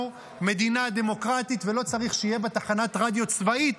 אנחנו מדינה דמוקרטית ולא צריך שתהיה בה תחנת רדיו צבאית,